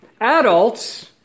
Adults